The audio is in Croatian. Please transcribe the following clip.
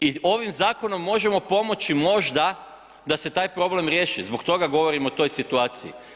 I ovim zakonom možemo pomoći možda da se taj problem riješi zbog toga govorim o toj situaciji.